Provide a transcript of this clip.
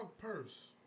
purse